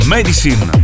Medicine